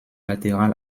latéral